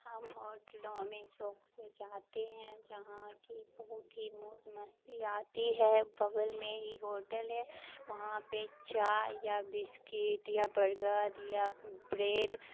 ہم ہوٹلوں میں شوق سے جاتے ہیں جہاں کی بہت ہی موج مستی آتی ہے بغل میں ہی ہوٹل ہے وہاں پہ چائے یا بسکیٹ یا برگر یا پھر بریڈ